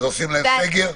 אז עושים להן סגר?